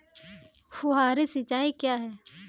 फुहारी सिंचाई क्या है?